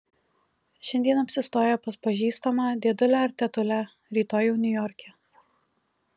šiandien apsistoję pas pažįstamą dėdulę ar tetulę rytoj jau niujorke